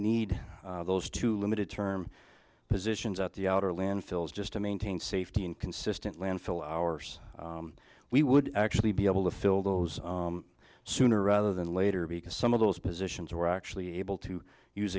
need those two limited term positions at the outer landfills just to maintain safety in consistent landfill hours we would actually be able to fill those sooner rather than later because some of those positions were actually able to use